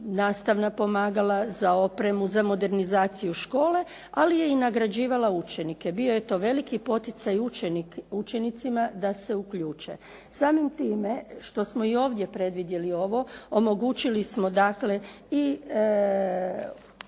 nastavna pomagala, za opremu, za modernizaciju škole, ali je i nagrađivala učenike. Bio je to veliki poticaj učenicima da se uključe. Samim time što smo i ovdje predvidjeli ovo, omogućili smo dakle i učenicima